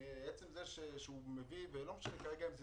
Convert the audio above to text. מעצם זה שהוא מביא ולא משנה כרגע אם זה